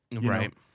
Right